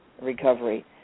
recovery